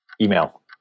Email